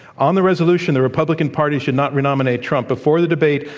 on the resolution, the republican party should not re-nominate trump, before the debate,